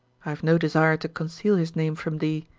i have no desire to conceal his name from thee.